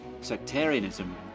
sectarianism